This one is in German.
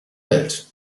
welt